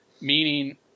Meaning